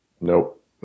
Nope